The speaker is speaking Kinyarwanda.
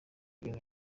ibintu